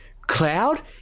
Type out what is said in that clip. Cloud